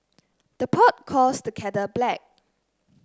the pot calls the kettle black